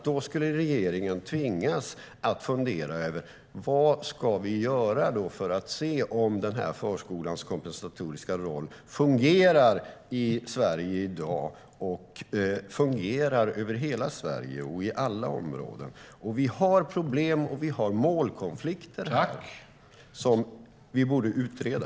Då skulle regeringen tvingas att fundera över: Vad ska vi göra för att se om förskolans kompensatoriska roll fungerar i Sverige i dag, fungerar över hela Sverige och i alla områden? Vi har problem, och vi har målkonflikter som vi borde utreda.